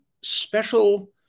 special